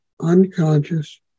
unconscious